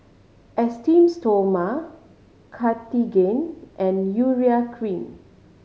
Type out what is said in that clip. Esteem Stoma Cartigain and Urea Cream